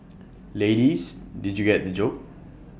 ladies did you get the joke